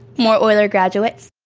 more oyler graduates.